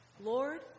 Lord